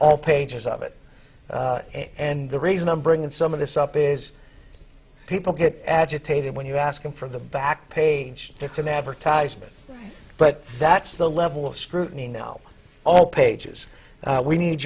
all pages of it and the reason i'm bringing some of this up is people get agitated when you ask them for the back page pick an advertisement but that's the level of scrutiny now all pages we need